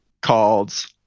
called